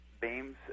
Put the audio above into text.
beams